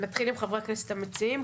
נתחיל עם חברי הכנסת המציעים.